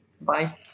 Bye